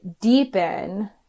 deepen